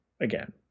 again